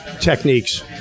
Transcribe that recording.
techniques